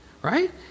Right